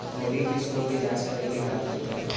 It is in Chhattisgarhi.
क्रेडिट स्कोर के जाँच करे के का तरीका हे?